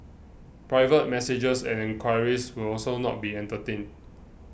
private messages and enquiries will also not be entertained